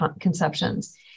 conceptions